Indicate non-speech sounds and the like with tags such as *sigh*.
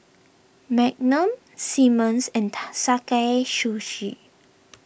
Magnum Simmons and *unintelligible* Sakae Sushi